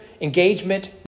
engagement